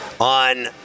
on